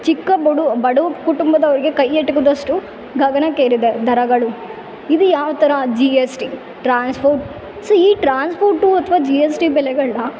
ಚಿಕ್ಕ ಬೊಡು ಬಡವ ಕುಟುಂಬದವ್ರ್ಗೆ ಕೈ ಎಟಕದಷ್ಟು ಗಗನಕ್ಕೇರಿದೆ ದರಗಳು ಇದು ಯಾವ ಥರ G S T transport so ಈ ಟ್ರಾನ್ಸ್ಪೋರ್ಟು ಅಥ್ವ ಜಿ ಎಸ್ ಟಿ ಬೆಲೆಗಳನ್ನ